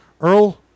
Earl